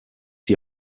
die